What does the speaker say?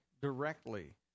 directly